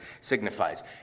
signifies